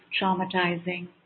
traumatizing